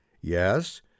Yes